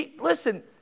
Listen